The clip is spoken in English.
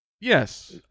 Yes